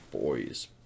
boys